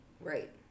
Right